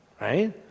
right